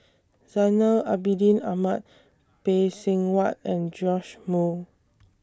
Zainal Abidin Ahmad Phay Seng Whatt and Joash Moo